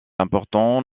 importants